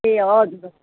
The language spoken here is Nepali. ए हजुर